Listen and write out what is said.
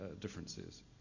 differences